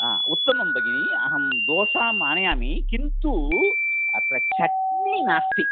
आ उत्तमं भगिनि अहं दोसाम् आनयामि किन्तु अत्र चट्नी नास्ति